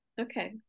Okay